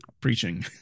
preaching